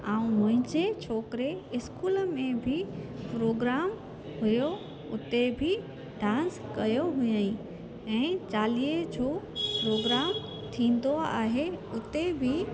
ऐं मुंहिंजे छोकिरे स्कूल में बि प्रोग्राम हुओ उते बि डांस कयो हुयाईं ऐं चालीहे जो प्रोग्राम थींदो आहे उते बि